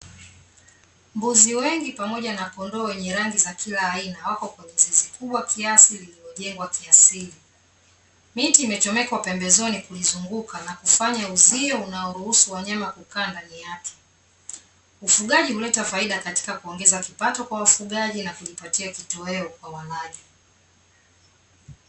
Mbuzi wengi pamoja na kondoo wenye rangi za kila aina, wako kwenye zizi kubwa kiasi lililojengwa kiasili. Miti imechomekwa pembezoni kulizunguka na kufanya uzio unaoruhusu wanyama kukaa ndani yake. Ufugaji huleta faida katika kuongeza kipato kwa wafugaji na kujipatia kitoweo kwa walaji.